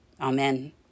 Amen